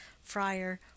friar